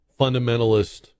fundamentalist